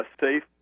safe